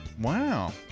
Wow